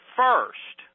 first